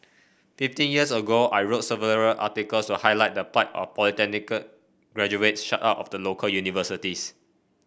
fifteen years ago I wrote several articles to highlight the plight of polytechnic graduates shut out of the local universities